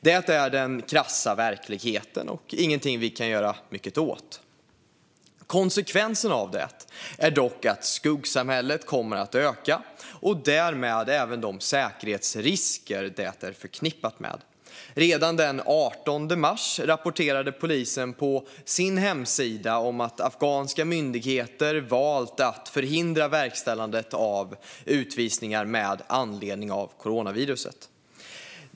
Det är den krassa verkligheten och ingenting vi kan göra mycket åt. Konsekvensen av det är dock att skuggsamhället kommer att öka och därmed även de säkerhetsrisker det är förknippat med. Redan den 18 mars rapporterade polisen på sin hemsida att afghanska myndigheter har valt att förhindra verkställandet av utvisningar med anledning av coronaviruset.